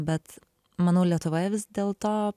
bet manau lietuvoje vis dėlto